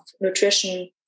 nutrition